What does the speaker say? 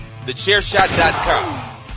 TheChairShot.com